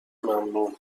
ممنونم